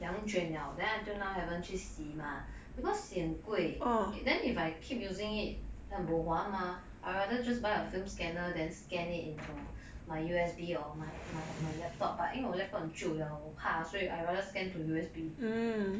两卷了 then until now haven't 去洗 mah because 嫌贵 then if I keep using it then bo hua mah I rather just buy a film scanner than scan it into my U_S_B or my my my laptop but 因为我 laptop 很久了怕所以 I rather scan to U_S_B